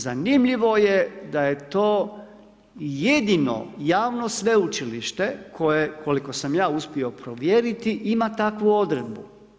Zanimljivo je da je to jedino javno sveučilište koje koliko sam ja uspio provjeriti, ima takvu odredbu.